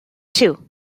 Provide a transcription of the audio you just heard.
two